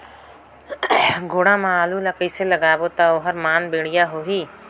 गोडा मा आलू ला कइसे लगाबो ता ओहार मान बेडिया होही?